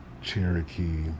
Cherokee